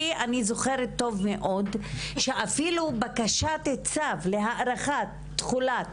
כי אני זוכרת טוב מאוד שאת בקשת צו להארכת תחולת